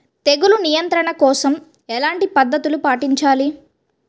తెగులు నియంత్రణ కోసం ఎలాంటి పద్ధతులు పాటించాలి?